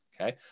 Okay